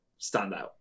standout